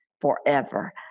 forever